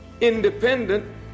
independent